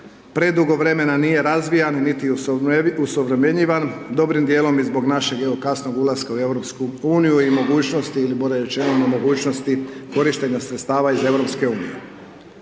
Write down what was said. predugo vrijeme nije razvijan niti osuvremenjivan dobrim dijelom i zbog našeg evo kasnog ulaska u EU i mogućnosti ili bolje rečeno